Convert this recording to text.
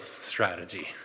strategy